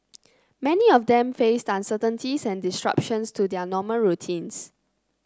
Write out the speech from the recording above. many of them faced uncertainties and disruptions to their normal routines